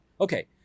Okay